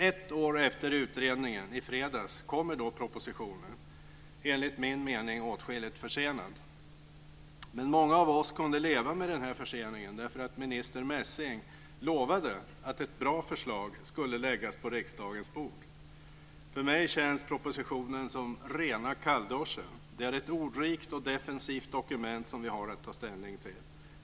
Ett år efter utredningen, i fredags, kom propositionen, enligt min mening åtskilligt försenad. Men många av oss kunde leva med förseningen därför att minister Messing lovat att ett bra förslag skulle läggas fram på riksdagens bord. För mig känns propositionen som rena kallduschen. Det är ett ordrikt och defensivt dokument som vi har att ta ställning till.